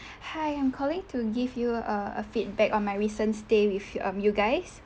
hi I'm calling to give you a a feedback on my recent stay with um you guys